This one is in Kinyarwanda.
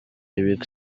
eric